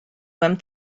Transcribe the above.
mewn